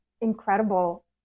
incredible